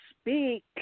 speak